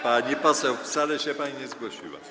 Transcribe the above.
Pani poseł, wcale się pani nie zgłosiła.